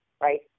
Right